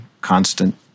constant